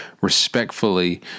respectfully